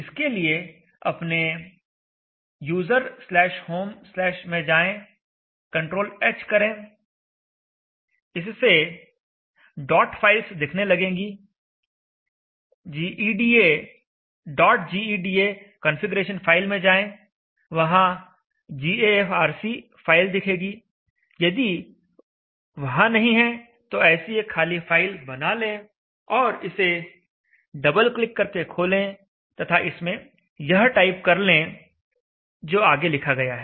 इसके लिए अपने userhome में जाएं ctrlh करें इससे डॉटफाइल्स दिखने लगेंगी gEDA कंफीग्रेशन फाइल में जाएं वहां gafrc फाइल दिखेगी यदि वहां नहीं है तो ऐसी एक खाली फाइल बना लें और इसे डबल क्लिक करके खोलें तथा इसमें यह टाइप कर लें जो आगे लिखा गया है